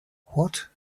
what